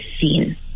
scene